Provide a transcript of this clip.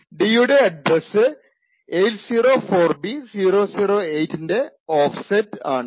d യുടെ address 804b008 ൻറെ offset ആണ്